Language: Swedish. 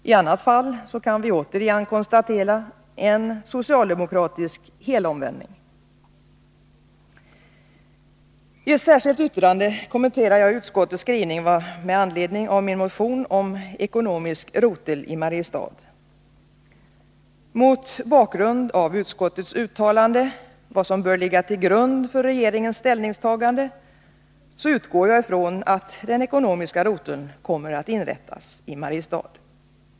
I annat fall kan vi återigen konstatera en socialdemokratisk helomvändning. I ett särskilt yttrande kommenterar jag utskottets skrivning med anledning av min motion om en ekonomisk rotel i Mariestad. Mot bakgrund av utskottets uttalande om vad som bör ligga till grund för regeringens ställningstagande utgår jag ifrån att den ekonomiska roteln kommer att inrättas i Mariestad.